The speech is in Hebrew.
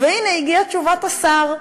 והנה הגיעה תשובת השר.